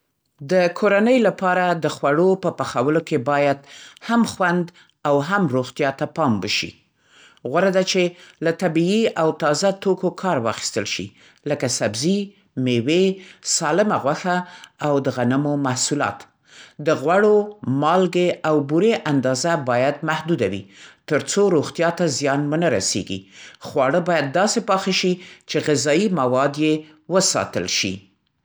د کورنۍ لپاره د خوړو په پخولو کې باید هم خوند او هم روغتیا ته پام وشي. غوره ده چې له طبیعي او تازه توکو کار واخیستل شي. لکه سبزي، مېوې، سالمه غوښه او د غنمو محصولات. د غوړو، مالګې او بورې اندازه باید محدوده وي، ترڅو روغتیا ته زیان ونه رسېږي. خواړه باید داسې پاخه شي چې غذایي مواد یې وساتل شي.